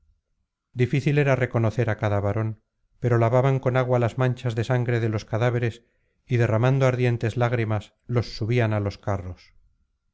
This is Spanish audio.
difícil era reconocer á cada varón pero lavaban con agua las manchas de sangre de los cadáveres y derramando ardientes lágrimas los subían á los carros